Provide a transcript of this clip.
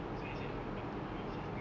so it's like a continuous system